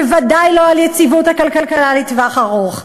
בוודאי לא על יציבות הכלכלה לטווח ארוך.